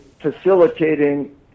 facilitating